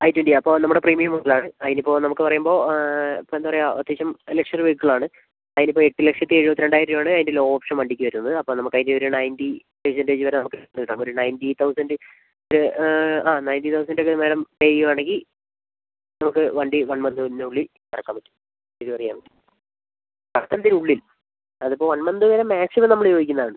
I twenty അപ്പോൾ നമ്മുടെ premium ഇതിലാണ് അതിനിപ്പം നമുക്ക് പറയുമ്പോൾ ഇപ്പം എന്താണ് പറയുക അത്യാവശ്യം ലക്ഷ്വറി വെഹിക്കിൾ ആണ് അതിനിപ്പം എട്ട് ലക്ഷത്തി എഴുപത്തിരണ്ടായിരം രൂപയാണ് അതിന്റെ ലോ ഓപ്ഷൻ വണ്ടിക്ക് വരുന്നത് അപ്പം നമുക്ക് അതിന്റെ ഒരു നൈൻറ്റി പെർസെൻറ്റേജ് വരെ നമുക്ക് നീട്ടാം ഒരു നൈൻറ്റി തൗസൻഡ് ഒരു ആ നൈൻറ്റി തൗസൻഡ് ഒക്കെ മാഡം പേ ചെയ്യുവാണെങ്കിൽ നമുക്ക് വണ്ടി വൺ മന്തിനുള്ളിൽ ഇറക്കാൻ പറ്റും ഡെലിവറി ചെയ്യാൻ പറ്റും വൺ മന്തിനുള്ളിൽ അതിപ്പം വൺ മന്ത് വരെ മാക്സിമം നമ്മൾ ചോദിക്കുന്നതാണ്